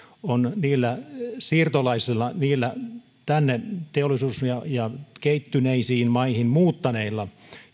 on niillä siirtolaisilla niillä tänne teollisuus ja kehittyneisiin maihin muuttaneilla